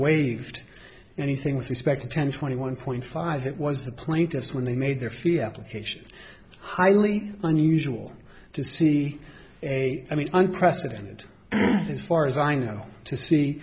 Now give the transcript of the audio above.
waved anything with respect to ten twenty one point five that was the plaintiffs when they made their feet allocation highly unusual to see a i mean unprecedented as far as i know to see